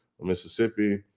Mississippi